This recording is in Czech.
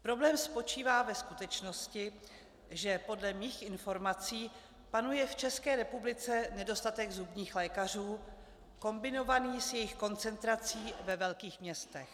Problém spočívá ve skutečnosti, že podle mých informací panuje v České republice nedostatek zubních lékařů kombinovaný s jejich koncentrací ve velkých městech.